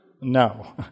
No